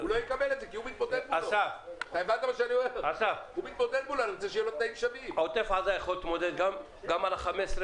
במתחם שאינו במשקו של בעל מכסה